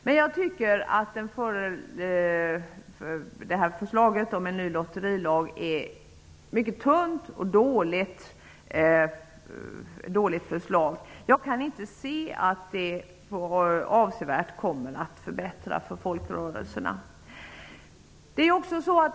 Men jag tycker att förslaget om en ny lotterilag är mycket tunt och dåligt. Jag kan inte se att det kommer att förbättra villkoren för folkrörelserna avsevärt.